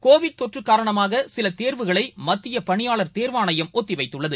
Covid தொற்றுகாரணமாகசிலதேர்வுகளைமத்தியபணியாளர் தேர்வாணையம் ஒத்திவைத்துள்ளது